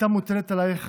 הייתה מוטלת עלייך